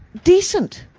decent.